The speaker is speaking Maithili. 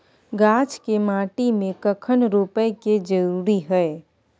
गाछ के माटी में कखन रोपय के जरुरी हय?